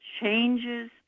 changes